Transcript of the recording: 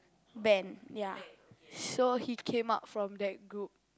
band ya so he came out from that group